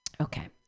Okay